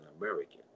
american